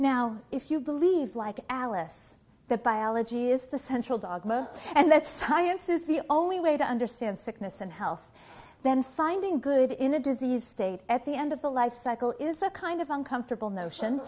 now if you believe like alice that biology is the central dogma and that science is the only way to understand sickness and health then finding good in a disease state at the end of the lifecycle is a kind of uncomfortable notion